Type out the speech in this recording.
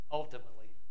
ultimately